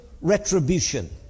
retribution